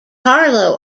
carlo